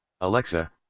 Alexa